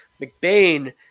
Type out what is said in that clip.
McBain